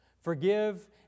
Forgive